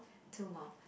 two more